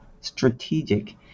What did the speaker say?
strategic